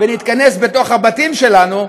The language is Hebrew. ונתכנס בבתים שלנו,